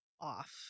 off